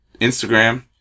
Instagram